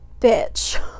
bitch